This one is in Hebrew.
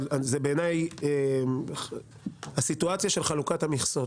אבל בעיניי הסיטואציה של חלוקת המכסות,